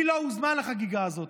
מי לא הוזמן לחגיגה הזאת?